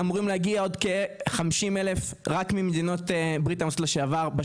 אמורים להגיע עוד כ-50,000 עולים רק מברית המועצות לשעבר,